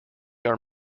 are